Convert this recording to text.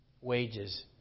wages